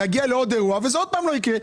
נגיע לעוד אירוע וזה עוד פעם לא יקרה.